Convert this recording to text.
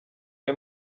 ari